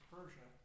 Persia